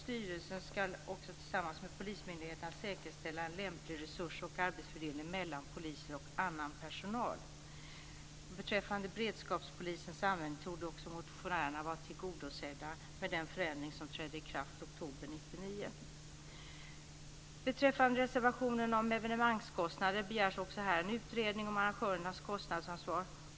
Styrelsen ska också tillsammans med polismyndigheterna säkerställa en lämplig resurs och arbetsfördelning mellan poliser och annan personal. Också beträffande användningen av beredskapspolisen torde motionärerna vara tillgodosedda i och med den förändring som trädde i kraft i oktober 1999. I reservationen om evenemangskostnader begärs en utredning om arrangörernas kostnadsansvar.